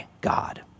God